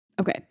Okay